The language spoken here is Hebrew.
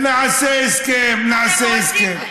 נעשה הסכם, נעשה הסכם.